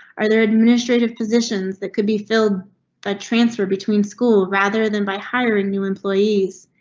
are there administrative positions that could be filled by transfer between school rather than by hiring new employees?